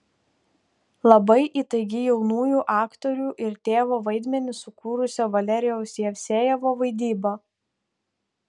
labai įtaigi jaunųjų aktorių ir tėvo vaidmenį sukūrusio valerijaus jevsejevo vaidyba